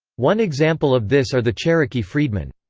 one example of this are the cherokee freedmen.